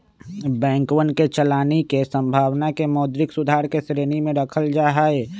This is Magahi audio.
बैंकवन के चलानी के संभावना के मौद्रिक सुधार के श्रेणी में रखल जाहई